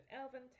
Elven